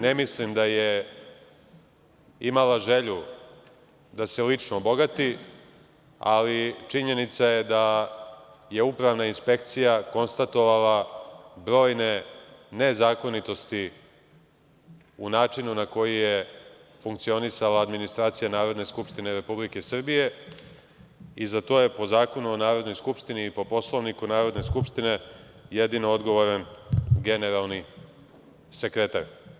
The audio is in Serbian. Ne mislim da je imala želju da se lično obogati, ali, činjenica je da je Upravna inspekcija konstatovala brojne nezakonitosti u načinu na koji je funkcionisala administracija Narodne skupštine Republike Srbije i za to je, po Zakonu o Narodnoj skupštini i po Poslovniku Narodne skupštine, jedino odgovoran generalni sekretar.